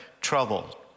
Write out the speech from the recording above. trouble